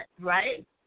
right